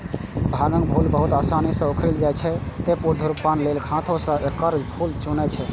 भांगक फूल बहुत आसानी सं उखड़ि जाइ छै, तें धुम्रपान लेल हाथें सं एकर फूल चुनै छै